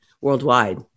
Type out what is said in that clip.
worldwide